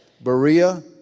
Berea